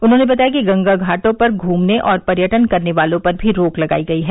उन्होंने बताया कि गंगा घाटों पर घूमने और पर्यटन करने वालों पर भी रोक लगायी गयी है